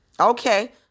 Okay